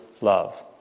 love